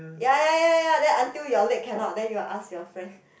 ya ya ya ya then until your leg cannot then you like ask your friend